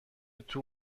توی